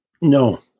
No